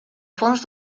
fons